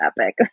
epic